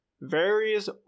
various